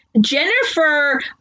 Jennifer